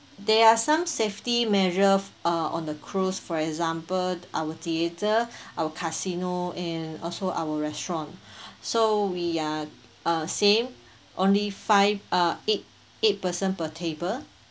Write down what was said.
there are some safety measures err on the cruise for example our theater our casino and also our restaurant so we are err same only five uh eight eight person per table